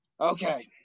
Okay